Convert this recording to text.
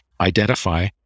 identify